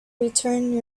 return